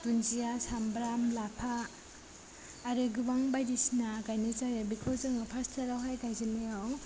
दुन्दिया सामब्राम लाफा आरो गोबां बायदिसिना गायनाय जायो बेखौ जोङो फार्स्टरावहाय गायजेननायाव